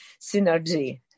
synergy